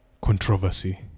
Controversy